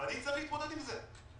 ואני צריך להתמודד עם זה.